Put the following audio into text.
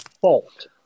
fault